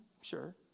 sure